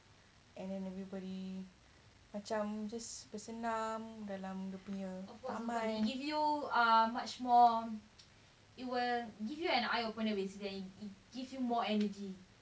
and then everybody macam just bersenam dalam dia punya taman